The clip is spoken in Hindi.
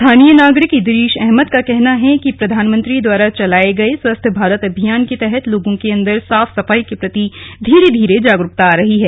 स्थानीय नागरिक इदरीश अहमद का मानना है कि प्रधानमंत्री द्वारा चलाए गए स्वच्छ भारत अभियान के तहत लोगों के अंदर साफ सफाई के प्रति धीरे धीरे जागरूकता आ रही है